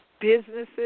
businesses